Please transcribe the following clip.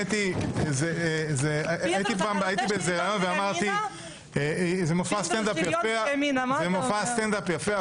הייתי בראיון ואמרתי שזה מופע סטנדאפ יפה,